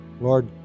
Lord